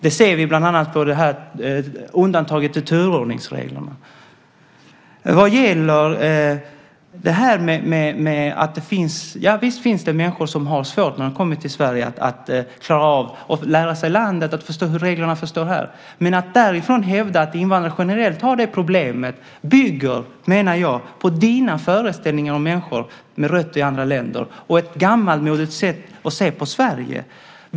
Det ser vi bland annat på undantaget i turordningsreglerna. Ja, visst finns det människor som har svårt när de kommer till Sverige att klara av att lära sig landet och förstå hur reglerna ser ut här. Men att utifrån det hävda att invandrare generellt har det problemet bygger, menar jag, på dina föreställningar om människor med rötter i andra länder och ett gammalmodigt sätt att se på Sverige.